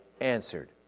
answered